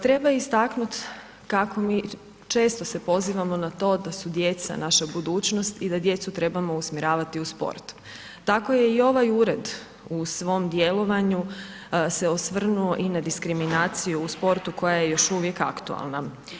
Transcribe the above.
Treba istaknut kako mi često se pozivamo na to da su djeca naša budućnost i da djecu trebamo usmjeravati u sport, tako je i ovaj ured u svom djelovanju se osvrnuo i na diskriminaciju u sportu koja je još uvijek aktualna.